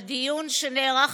בדיון שנערך